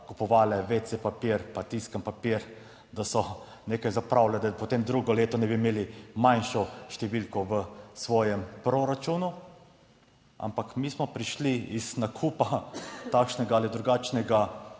kupovale WC papir pa tiskani papir, da so nekaj zapravile, da potem drugo leto ne bi imeli manjšo številko v svojem proračunu, ampak mi smo prišli iz nakupa takšnega ali drugačnega